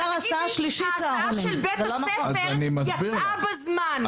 ההסעה של בית הספר יצאה בזמן.